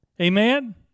Amen